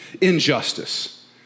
injustice